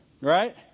Right